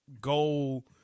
goal